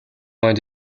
mind